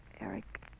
Eric